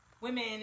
women